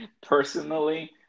Personally